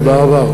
תודה רבה.